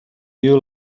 you